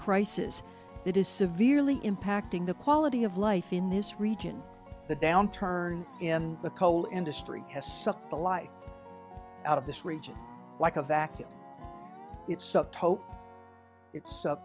crisis that is severely impacting the quality of life in this region the downturn in the coal industry has sucked the life out of this region like a vacuum it